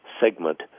segment